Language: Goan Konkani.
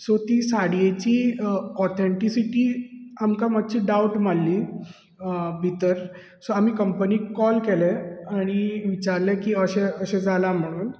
सो ती साडयेची ऑथेंटीसीटी आमकां मात्शी डाउट माल्ली भितर सो आमी कंपनीक कॉल केले आनी विचाल्ले की अशें अशें जाला म्हणून